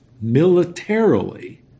militarily